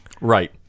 Right